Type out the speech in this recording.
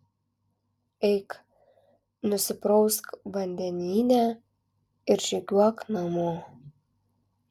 eik nusiprausk vandenyne ir žygiuok namo